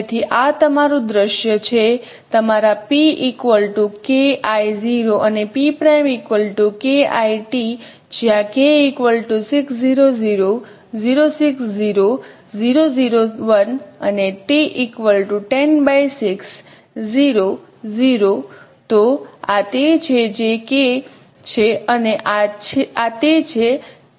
તેથી આ તમારું દૃશ્ય છે તમારા P K I | 0 અને P ' K I | t જ્યાં તો આ તે છે જે K છે અને આ તે છે t